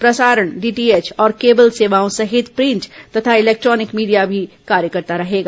प्रसारण डीडीएच और केबल सेवाओं सहित प्रिंट तथा इलेक्ट्रॉनिक मीडिया भी कार्य करता रहेगा